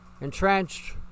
entrenched